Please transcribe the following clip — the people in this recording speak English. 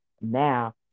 Now